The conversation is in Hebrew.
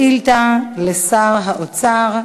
שאילתה לשר האוצר.